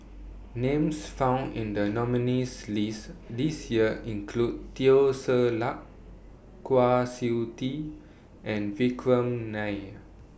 Names found in The nominees' list This Year include Teo Ser Luck Kwa Siew Tee and Vikram Nair